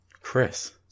chris